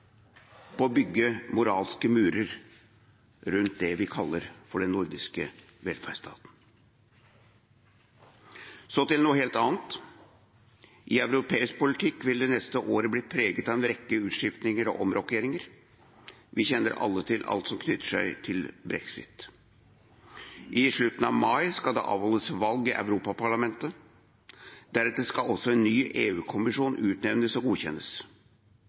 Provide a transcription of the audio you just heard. på å bygge moralske murer rundt det vi kaller den nordiske velferdsstaten. Så til noe helt annet: Europeisk politikk vil det neste året bli preget av en rekke utskiftninger og omrokkeringer: Vi kjenner alle til alt det som knytter seg til brexit. I slutten av mai skal det avholdes valg i Europaparlamentet. Deretter skal også en ny EU-kommisjon utnevnes og godkjennes.